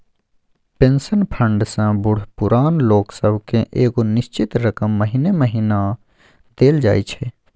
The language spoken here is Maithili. पेंशन फंड सँ बूढ़ पुरान लोक सब केँ एगो निश्चित रकम महीने महीना देल जाइ छै